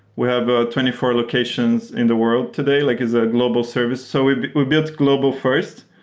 we have ah twenty four locations in the world today like as a global service. so we we built global-first.